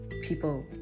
people